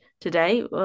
today